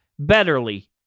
betterly